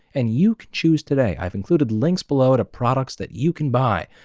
and you could choose today! i've included links below at products that you can buy.